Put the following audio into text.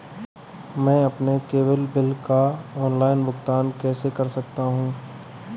मैं अपने cable bill का ऑनलाइन भुगतान कैसे कर सकता हूं?